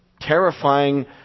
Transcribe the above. terrifying